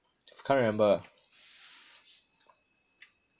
can't remember